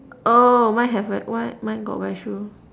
oh mine have like [what] mine got wear shoe